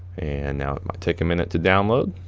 and now it might take a minute to download.